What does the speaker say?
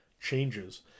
changes